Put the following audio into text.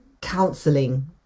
counseling